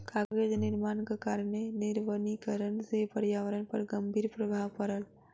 कागज निर्माणक कारणेँ निर्वनीकरण से पर्यावरण पर गंभीर प्रभाव पड़ल